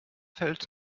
fällt